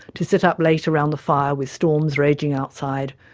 to sit up late around the fire, with storms raging outside,